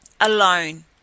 Alone